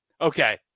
Okay